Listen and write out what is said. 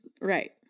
Right